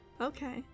Okay